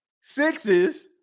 sixes